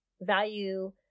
value